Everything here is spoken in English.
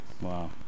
wow